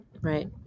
Right